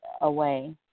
away